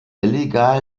illegal